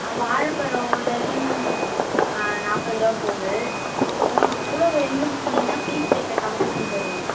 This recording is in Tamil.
வாழை பழம் ஒரு டசன் நாற்பது ரூபாய் போகுது உங்களுக்கு எவ்வளோ வேணும்ன்னு சொன்னிங்கன்னால் பீஸ் ரேட்டை கம்மிப் பண்ணித்தருவோம்